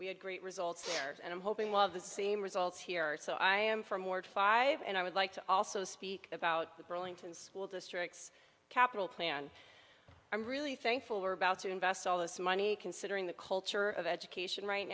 we had great results and i'm hoping one of the same results here so i am from or five and i would like to also speak about the burlington school districts capital plan i'm really thankful we're about to invest all this money considering the culture of education right